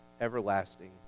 everlasting